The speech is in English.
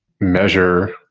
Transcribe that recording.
measure